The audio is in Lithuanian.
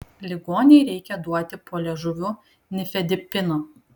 ligonei reikia duoti po liežuviu nifedipino